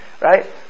right